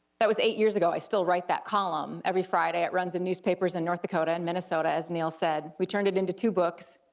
that was eight years ago, i still write that column every friday, it runs in newspapers in north dakota and minnesota, as neal said. we turned it into two books.